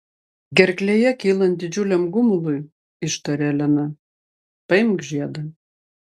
gerklėje kylant didžiuliam gumului ištarė elena paimk žiedą